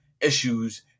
issues